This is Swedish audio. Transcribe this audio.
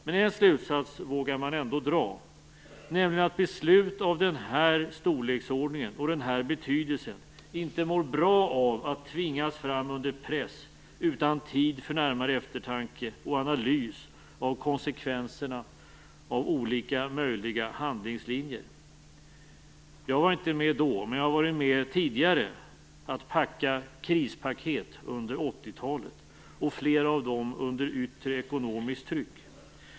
Men en slutsats vågar man ändå dra, nämligen att beslut av den här storleksordningen och den här betydelsen inte mår bra av att tvingas fram under press, utan tid för närmare eftertanke och analys av konsekvenserna av olika möjliga handlingslinjer. Jag var inte med då, men jag har varit med om att packa krispaket tidigare, under 80-talet, i flera fall under yttre ekonomiskt tryck.